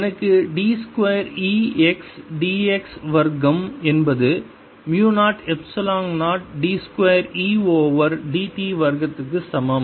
எனக்கு d 2 E x d x வர்க்கம் என்பது mu 0 epsilon 0 d 2 E over dt வர்க்கம் க்கு சமம்